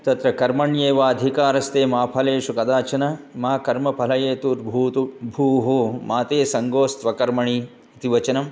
तत्र कर्मण्येवाधिकारस्ते मा फलेषु कदाचन माकर्मफलहेतुर्भूः भूः मा ते सङ्गोस्त्वकर्मणि इति वचनम्